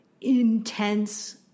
intense